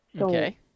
Okay